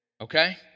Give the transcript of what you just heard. Okay